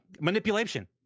manipulation